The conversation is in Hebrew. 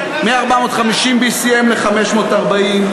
מ-450 BCM ל-540,